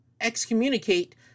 Excommunicate